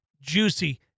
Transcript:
juicy